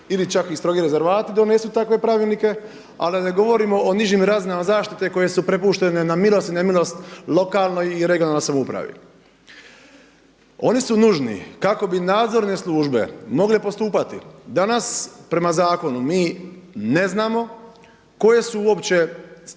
ili čak strogi rezervati donesu takve pravilnike, a da ne govorimo o nižim razinama zaštite koje su prepuštene na milost i nemilost lokalnoj i regionalnoj samoupravi. Oni su nužni kako bi nadzorne službe mogle postupati. Danas prema zakonu mi ne znamo koje su uopće